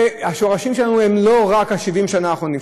השורשים שלנו הם לא רק 70 השנים האחרונות.